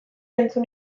entzun